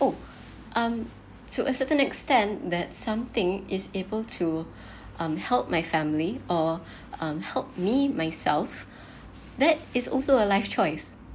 oh um to a certain extent that something is able to um help my family or um helped me myself that is also a life choice